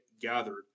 gathered